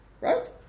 right